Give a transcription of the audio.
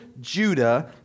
Judah